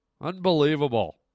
Unbelievable